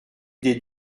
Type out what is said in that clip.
des